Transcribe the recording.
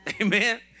Amen